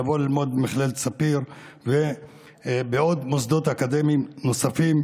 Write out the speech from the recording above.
לבוא ללמוד במכללת ספיר ומוסדות אקדמיים נוספים.